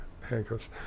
handcuffs